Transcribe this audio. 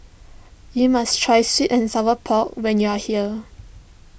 you must try Sweet and Sour Pork when you are here